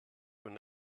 been